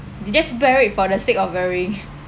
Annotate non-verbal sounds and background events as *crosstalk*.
they just wear it for the sake of wearing *laughs*